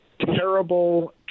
terrible